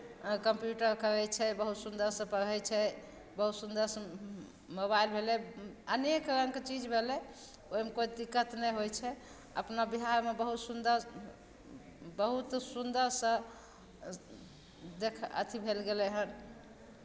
computer करै छै बहुत सुन्दरसँ पढ़ै छै बहुत सुन्दरसँ मोबाइल भेलै अनेक रङ्गके चीज भेलै ओहिमे कोइ दिक्कत नहि होइ छै अपना बिहारमे बहुत सुन्दर बहुत सुन्दरसँ देख अथि भेल गेलै हन